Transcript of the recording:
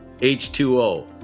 H2O